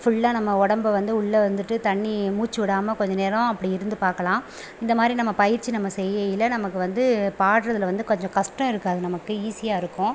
ஃபுல்லாக நம்ம உடம்ப வந்து உள்ள வந்துட்டு தண்ணி மூச்சுவிடாம கொஞ்ச நேரம் அப்படி இருந்து பார்க்கலாம் இந்தமாதிரி நம்ம பயிற்சி நம்ம செய்கையில நமக்கு வந்து பாடுறதுல வந்து கொஞ்சம் கஷ்டம் இருக்காது நமக்கு ஈஸியாக இருக்கும்